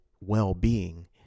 well-being